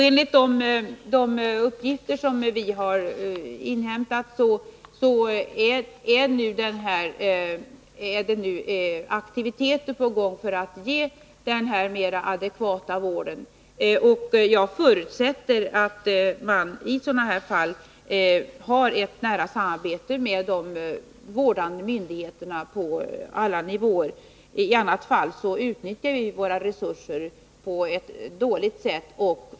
Enligt de uppgifter som vi har inhämtat är nu aktiviteter i gång för att man skall kunna ge den här mera adekvata vården. Jag förutsätter att man i sådana fall på alla nivåer har ett nära samarbete med de vårdande myndigheterna. Annars utnyttjar vi våra resurser dåligt.